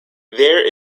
there